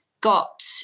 got